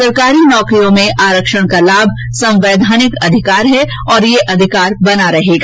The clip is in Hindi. सरकारी नौकरियों में आरक्षण का लाभ संवैधानिक अधिकार है और यह अधिकार बना रहेगा